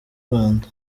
rwanda